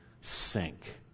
sink